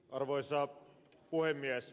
arvoisa puhemies